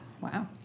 Wow